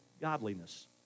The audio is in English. godliness